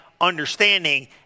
understanding